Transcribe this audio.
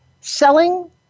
selling